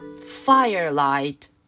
Firelight